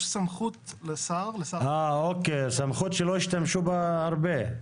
יש סמכות לשר הפנים --- סמכות שלא השתמשו בה הרבה.